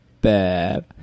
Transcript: Bad